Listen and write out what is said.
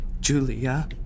Julia